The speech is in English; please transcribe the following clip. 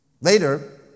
Later